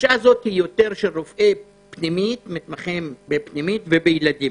הדרישה לקיצור היא של מתמחים ברפואה פנימית וברפואת ילדים.